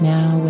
now